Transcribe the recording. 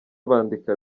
bandika